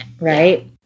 right